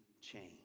change